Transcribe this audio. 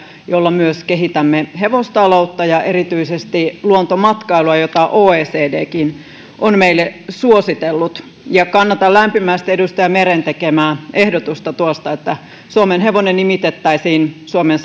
joilla kehitämme myös hevostaloutta ja erityisesti luontomatkailua jota oecdkin on meille suositellut ja kannatan lämpimästi edustaja meren tekemään ehdotusta että suomenhevonen nimitettäisiin suomen